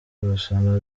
kurasana